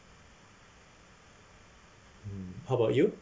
hmm how about you